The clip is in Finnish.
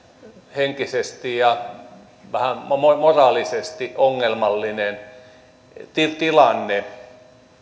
henkisesti ja vähän moraalisesti ongelmallinen tilanne